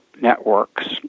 networks